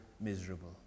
miserable